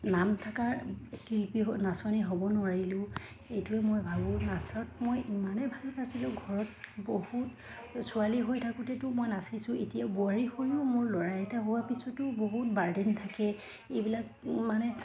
নাম থকা শিল্পী নাচনী হ'ব নোৱাৰিলোঁ এইটোৱে মই ভাবোঁ নাচত মই ইমানেই ভাল পাইছিলোঁ ঘৰত বহুত ছোৱালী হৈ থাকোঁতেতো মই নাচিছোঁ এতিয়া বোৱাৰী হৈও মোৰ ল'ৰা এটা হোৱাৰ পিছতো বহুত বাৰ্ডেন থাকে এইবিলাক মানে